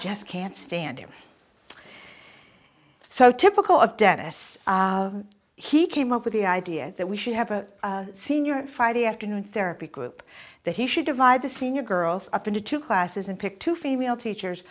just can't stand him so typical of denis he came up with the idea that we should have a senior friday afternoon therapy group that he should divide the senior girls up into two classes and pick two female teachers